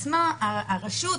הרשות,